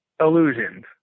illusions